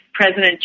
President